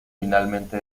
finalmente